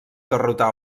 derrotar